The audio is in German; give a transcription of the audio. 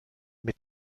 mit